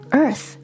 earth